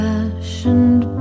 Fashioned